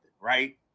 Right